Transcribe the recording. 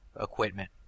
equipment